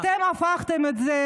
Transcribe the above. אתם הפרעתם לי,